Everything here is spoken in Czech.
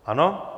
Ano?